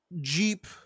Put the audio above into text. Jeep